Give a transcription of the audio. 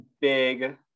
big